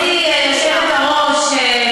גברתי היושבת-ראש,